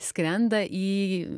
skrenda į